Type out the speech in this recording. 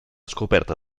scoperta